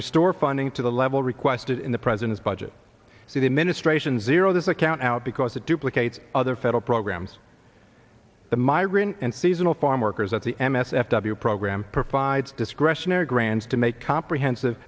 restore funding to the level requested in the president's budget so the administration zero this account out because it duplicate other federal programs the migrant and seasonal farm workers at the m s f w program provides discretionary grants to make comprehensive